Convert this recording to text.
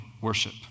worship